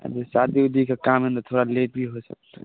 शादी उदीके काम हइ ने थोड़ा लेट भी हो सकै छै